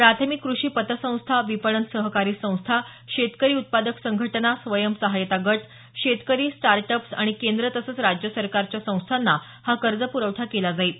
प्राथमिक कृषी पतसंस्था विपणन सहकारी संस्था शेतकरी उत्पादक संघटना स्वयं सहायता गट शेतकरी स्टार्टअप्स आणि केंद्र तसंच राज्य सरकारच्या संस्थांना हा कर्ज पुरवठा केला जाईल